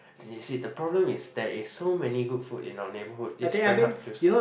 you see the problem is there is so many good food in our neighborhood it's very hard to choose